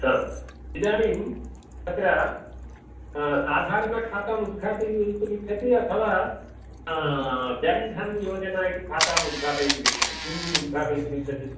इदानीम् तत्र साधारणखातां उद्घाटयन्तुम् इच्छति अथवा जन्धन्योजना इति खातां उद्घाटयितुम् इच्छति किम् उद्घाटयितुम् इच्छति